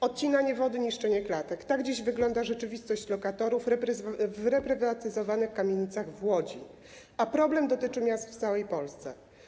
Odcinanie wody, niszczenie klatek - tak dziś wygląda rzeczywistość w przypadku lokatorów w reprywatyzowanych kamienicach w Łodzi, a problem dotyczy miast w całej Polsce.